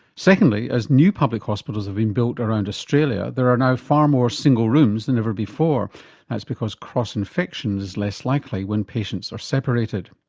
secondly, as new public hospitals have been built around australia, there are now far more single rooms than ever before that's because cross-infection is less likely when patients are separated.